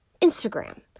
Instagram